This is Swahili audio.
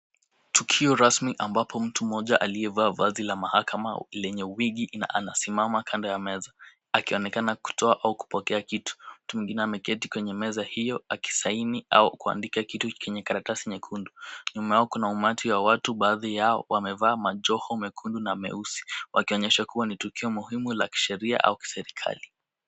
Tukio rasmi ambapo mtu mmoja aliyevaa vazi la mahakama lenye wigi na anasimama kando ya meza akionekana kutoa au kupokea kitu. Mtu mwingine ameketi kwenye meza hiyo akisaini au kuandika kitu kwenye karatasi nyekundu. Nyuma yao kuna umati wa watu baadhi yao wamevaa majoho mekundu na meusi wakionyesha kuwa ni tukio muhimu la kisheria au kiserikali.